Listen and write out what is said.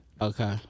Okay